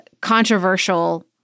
controversial